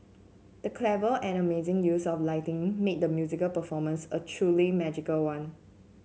the clever and amazing use of lighting made the musical performance a truly magical one